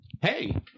Hey